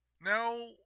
now